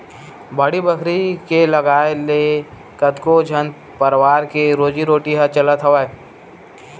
बाड़ी बखरी के लगाए ले कतको झन परवार के रोजी रोटी ह चलत हवय